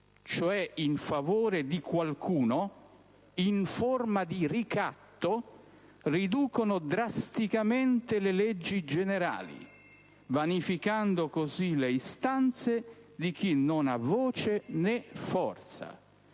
(cioè in favore di qualcuno)» in forma di ricatto riducono «drasticamente le leggi «generali», vanificando così le istanze di chi non ha voce né forza.